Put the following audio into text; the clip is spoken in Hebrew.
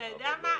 אתה יודע מה?